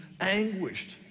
anguished